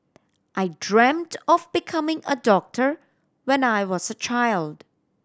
I dreamt of becoming a doctor when I was a child